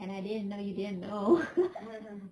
and I didn't know you didn't know